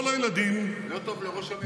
כל הילדים, לא טוב לראש הממשלה שלא תוקפים אותו?